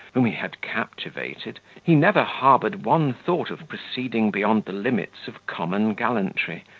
whom he had captivated, he never harboured one thought of proceeding beyond the limits of common gallantry,